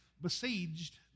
besieged